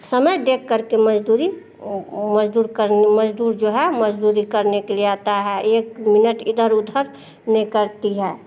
समय देख करके मजदूरी मजदूर करने मजदूर जो है मजदूरी करने के लिए आता है एक मिनट इधर उधर नहीं करती है